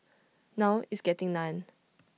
now it's getting none